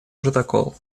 протокол